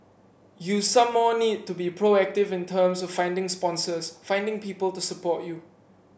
you some more need to be proactive in terms of finding sponsors finding people to support you